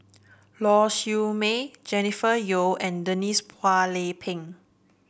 Lau Siew Mei Jennifer Yeo and Denise Phua Lay Peng